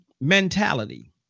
mentality